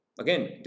Again